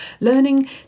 learning